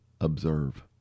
observe